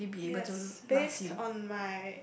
yes based on my